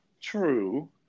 True